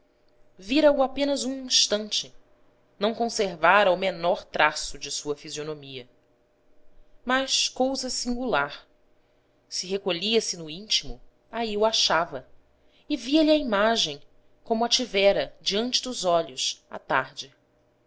conseguiu vira o apenas um instante não conservara o menor traço de sua fisionomia mas cousa singular se recolhia-se no íntimo aí o achava e via-lhe a imagem como a tivera diante dos olhos à tarde